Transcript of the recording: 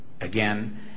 Again